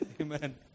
Amen